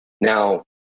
Now